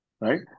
right